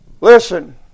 Listen